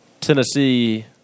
Tennessee